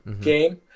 game